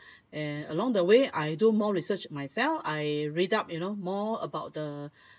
and along the way I do more research myself I read up you know more about the